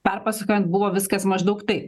perpasakojant buvo viskas maždaug taip